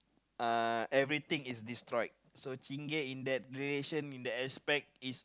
uh everything is destroyed so Chingay in that relation in that aspect is